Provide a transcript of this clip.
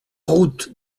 route